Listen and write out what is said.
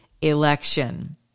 election